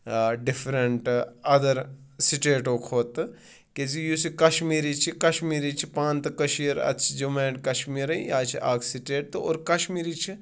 different other سِٹیٹو کھۄتہٕ کیازِ یُس یہِ کَشمیٖری چھِ کَشمیٖری چھِ پان تہِ کٔشیٖر اَدٕ چھِ جموں اینٛڈ کَشمیٖرٕے یا چھِ اَکھ سِٹیٹ تہٕ اور کَشمیٖری چھِ